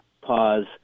pause